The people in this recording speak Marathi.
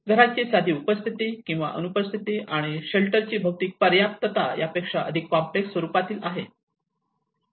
घराची साधी उपस्थिती किंवा अनुपस्थिती आणि शेल्टर ची भौतिक पर्याप्तता यापेक्षा अधिक कॉम्प्लेक्स स्वरूपातील आहे